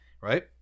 right